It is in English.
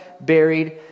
buried